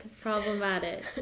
Problematic